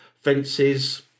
fences